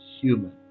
human